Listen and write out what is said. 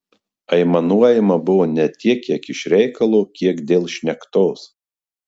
aimanuojama buvo ne tiek iš reikalo kiek dėl šnektos